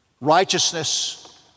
Righteousness